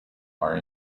are